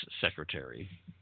Secretary